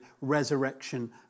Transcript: resurrection